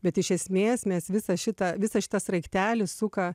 bet iš esmės mes visą šitą visą šitą sraigtelį suka